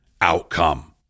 outcome